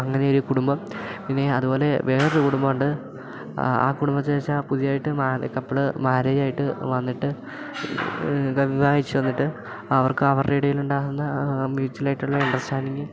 അങ്ങനെ ഒരു കുടുംബം പിന്നെ അതുപോലെ വേറൊരു കുടുംബം ഉണ്ട് ആ കുടുംബന്നു വച്ചാൽ പുതിയായിട്ട് കപ്പിള് മാരേജ് ആയിട്ട് വന്നിട്ട് വന്നിട്ട് അവർക്ക് അവരുടെ ഇടയിലുണ്ടാകുന്ന മ്യൂച്വൽ ആയിട്ടുള്ള അണ്ടർസ്റ്റാൻഡിങ്ങ്